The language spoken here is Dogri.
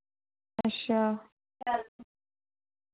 अच्छा